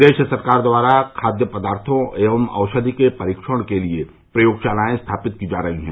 प्रदेश सरकार द्वारा खादय पदार्थो एवं औषधि के परीक्षण के लिए प्रयोगशालायें स्थापित की जा रही हैं